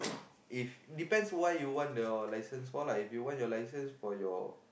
if depends why you want your licence for lah if you want your licence for your